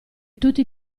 tutti